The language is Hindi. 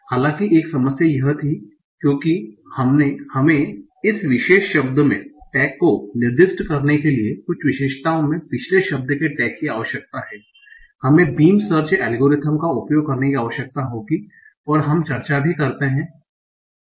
हालांकि एक समस्या यह थी कि क्योंकि हमें इस विशेष शब्द में टैग को निर्दिष्ट करने के लिए कुछ विशेषताओं में पिछले शब्द के टैग की आवश्यकता है हमें बीम सर्च एल्गोरिदम का उपयोग करने की आवश्यकता होगी और हम चर्चा भी करते हैं बीम सर्च एल्गोरिथ्म क्या है